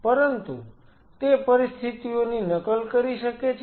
પરંતુ તે પરિસ્થિતિઓની નકલ કરી શકે છે